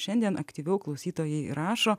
šiandien aktyviau klausytojai rašo